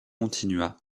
continua